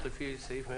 גם לפריפריה,